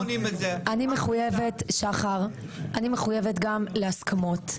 אני מחויבת גם להסכמות,